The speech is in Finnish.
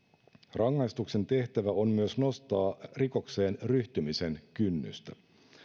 rangaistuksen tehtävä on myös nostaa rikokseen ryhtymisen kynnystä